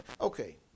okay